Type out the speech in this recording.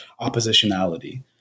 oppositionality